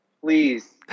please